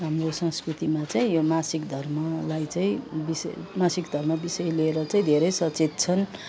हाम्रो संस्कृतिमा चै यो मासिक धर्मलाई चाहिँ मासिक धर्म विषय लिएर चाहिँ धेरै सचेत छन्